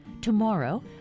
Tomorrow